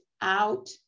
out